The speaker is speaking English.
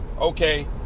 okay